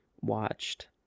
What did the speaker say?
watched